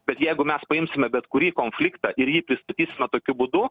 bet jeigu mes paimsime bet kurį konfliktą ir jį pristatysime tokiu būdu